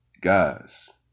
Guys